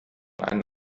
einen